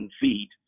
feet